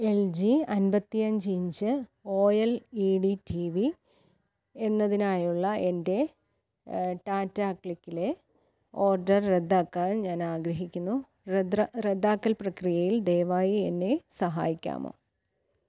L G അൻപത്തി അഞ്ച് inch O L E D T V എന്നതിനായുള്ള എൻ്റെ ടാറ്റ ക്ലിക്കിലെ ഓഡർ റദ്ദാക്കാൻ ഞാൻ ആഗ്രഹിക്കുന്നു റദ്രാ റദ്ദാക്കൽ പ്രക്രിയയിൽ ദയവായി എന്നെ സഹായിക്കാമോ